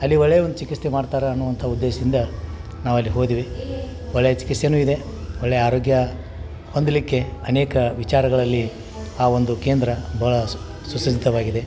ಅಲ್ಲಿ ಒಳ್ಳೆಯ ಒಂದು ಚಿಕಿತ್ಸೆ ಮಾಡ್ತಾರೆ ಅನ್ನೋ ಅಂಥ ಉದ್ದೇಶದಿಂದ ನಾವು ಅಲ್ಲಿ ಹೋದ್ವಿ ಒಳ್ಳೆಯ ಚಿಕಿತ್ಸೆಯೂ ಇದೆ ಒಳ್ಳೆಯ ಆರೋಗ್ಯ ಹೊಂದಲಿಕ್ಕೆ ಅನೇಕ ವಿಚಾರಗಳಲ್ಲಿ ಆ ಒಂದು ಕೇಂದ್ರ ಭಾಳ ಸುಸಜ್ಜಿತವಾಗಿದೆ